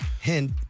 Hint